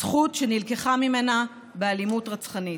זכות שנלקחה ממנה באלימות רצחנית.